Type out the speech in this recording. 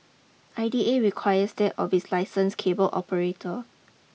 I D A requires that of its licensed cable operator